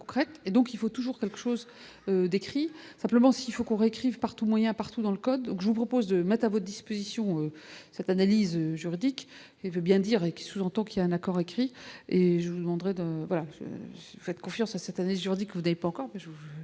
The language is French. concrète et donc il faut toujours quelque chose d'écrit simplement s'il faut qu'on réécrive par tout moyen partout dans le code, donc je vous propose de mettre à votre disposition cette analyse juridique et veut bien dire qui sous-entend qu'il y a un accord écrit et joue l'entrée d'un voilà faites confiance à cette année juridique vous dépend pas encore, je vous